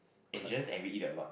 Asians and we eat a lot